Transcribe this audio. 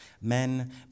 Men